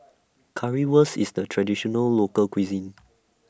Currywurst IS A Traditional Local Cuisine